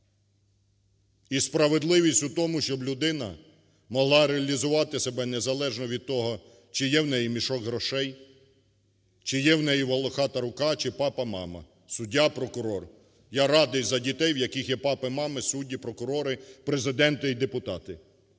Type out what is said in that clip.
І справедливість в тому, щоб людина могла реалізувати себе незалежно від того, чи є в неї мішок грошей, чи є в неї волохата рука чи папа, мама суддя, прокурор. Я радий за дітей, в яких є папи, мами - судді, прокурори, президенти і депутати.